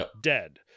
dead